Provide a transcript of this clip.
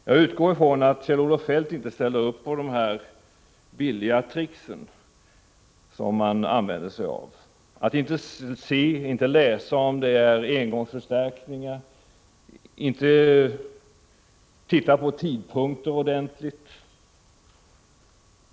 Jag utgår från att Kjell-Olof Feldt inte ställer sig bakom finansdepartementets billiga trick att inte noga läsa förslagen, se efter om det är engångsförstärkningar eller ordentligt studera tidpunkter.